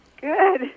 Good